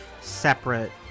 separate